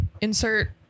insert